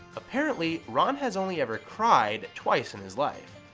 apparently, ron has only ever cried twice in his life.